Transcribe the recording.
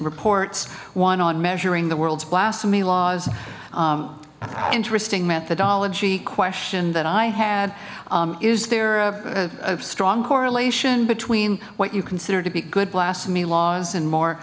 reports one on measuring the world's blasphemy laws interesting methodology question that i had is there a strong correlation between what you consider to be good blasphemy laws and more